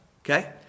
Okay